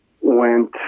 went